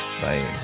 Bye